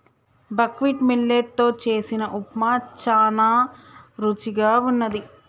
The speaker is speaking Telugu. బక్వీట్ మిల్లెట్ తో చేసిన ఉప్మా చానా రుచిగా వున్నది